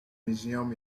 museum